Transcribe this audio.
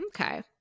okay